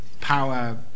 power